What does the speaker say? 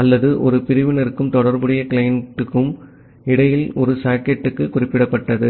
அல்லது ஒரு பிரிவினருக்கும் தொடர்புடைய கிளையனுக்கும் இடையில் ஒரு சாக்கெட் டுக்கு குறிப்பிட்டது